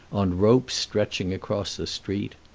on ropes stretching across the street.